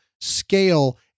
scale